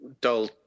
Dull